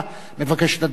היא מבקשת לדון בכך.